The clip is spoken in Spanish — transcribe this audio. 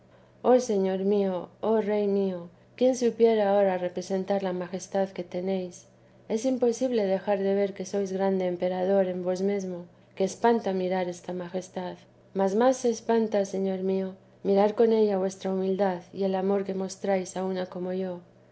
oh señor mío oh rey mío quién supiera ahora representar la majestad que tenéis es imposible dejar de ver que sois grande emperador en vos mesmo que espanta mirar esta majestad más más espanta señor mío mirar con ella vuestra humildad y el amor que mostráis a una como yo